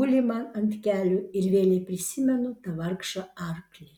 guli man ant kelių ir vėlei prisimenu tą vargšą arklį